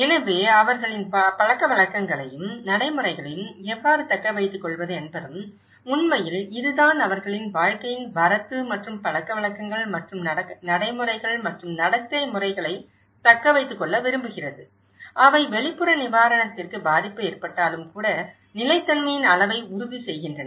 எனவே அவர்களின் பழக்கவழக்கங்களையும் நடைமுறைகளையும் எவ்வாறு தக்க வைத்துக் கொள்வது என்பதும் உண்மையில் இதுதான் அவர்களின் வாழ்க்கையின் வரத்து மற்றும் பழக்கவழக்கங்கள் மற்றும் நடைமுறைகள் மற்றும் நடத்தை முறைகளைத் தக்க வைத்துக் கொள்ள விரும்புகிறது அவை வெளிப்புற நிவாரணத்திற்கு பாதிப்பு ஏற்பட்டாலும் கூட நிலைத்தன்மையின் அளவை உறுதிசெய்கின்றன